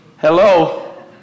Hello